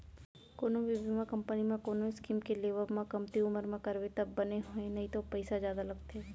कोनो भी बीमा कंपनी म कोनो स्कीम के लेवब म कमती उमर म करबे तब बने हे नइते पइसा जादा लगथे